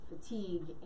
fatigue